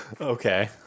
Okay